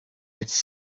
its